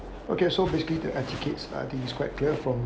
okay so basically the educates are this is quite clear from